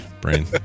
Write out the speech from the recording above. brain